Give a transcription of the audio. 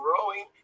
growing